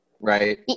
right